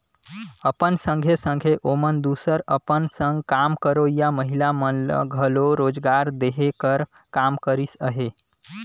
अपन संघे संघे ओमन दूसर अपन संग काम करोइया महिला मन ल घलो रोजगार देहे कर काम करिस अहे